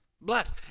Bless